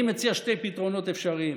אני מציע שני פתרונות אפשריים: